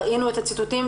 ראינו את הציטוטים.